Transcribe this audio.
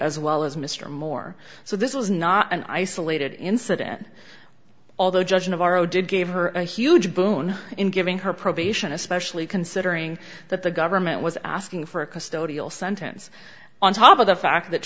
as well as mr moore so this was not an isolated incident although judge navarro did gave her a huge boon in giving her probation especially considering that the government was asking for a custodial sentence on top of the fact that